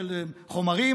של חומרים,